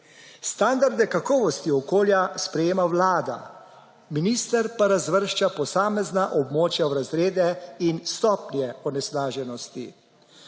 Standarde kakovosti okolja sprejema vlada, minister pa razvršča posamezna območja v razrede in stopnje onesnaženosti.